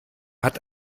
hat